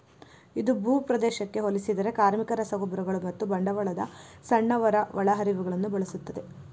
ಇದು ಭೂಪ್ರದೇಶಕ್ಕೆ ಹೋಲಿಸಿದರೆ ಕಾರ್ಮಿಕ, ರಸಗೊಬ್ಬರಗಳು ಮತ್ತು ಬಂಡವಾಳದ ಸಣ್ಣ ಒಳಹರಿವುಗಳನ್ನು ಬಳಸುತ್ತದೆ